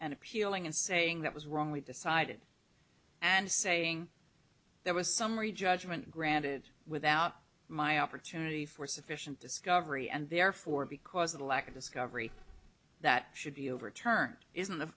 and appealing and saying that was wrongly decided and saying there was summary judgment granted without my opportunity for sufficient discovery and therefore because the lack of discovery that should be overturned is not a